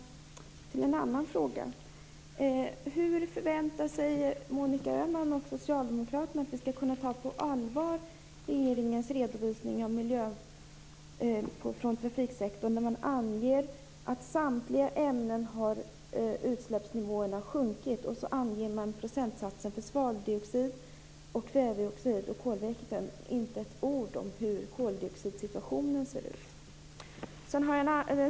Hur förväntar sig Monica Öhman och socialdemokraterna att vi skall kunna ta regeringens redovisning av miljöpåverkan från trafiksektorn på allvar när man anger att utsläppsnivåerna för samtliga ämnen har sjunkit, och så anger man procentsatsen för svaveldioxid, kväveoxid och kolväten? Inte ett ord om hur koldioxidsituationen ser ut.